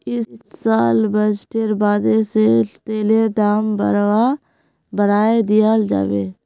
इस साल बजटेर बादे से तेलेर दाम बढ़ाय दियाल जाबे